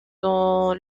dans